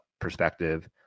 perspective